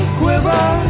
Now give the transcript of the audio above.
quiver